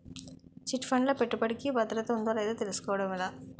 Chit fund లో పెట్టుబడికి భద్రత ఉందో లేదో తెలుసుకోవటం ఎలా?